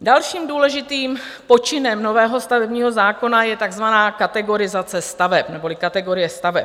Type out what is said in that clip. Dalším důležitým počinem nového stavebního zákona je takzvaná kategorizace staveb neboli kategorie staveb.